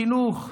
חינוך,